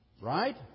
Right